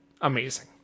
amazing